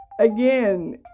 again